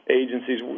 agencies